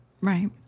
Right